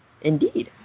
Indeed